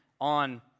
on